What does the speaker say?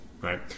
right